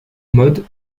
mode